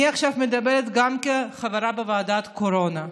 אני עכשיו מדברת גם כחברה בוועדת הקורונה.